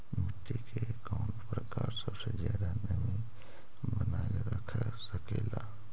मिट्टी के कौन प्रकार सबसे जादा नमी बनाएल रख सकेला?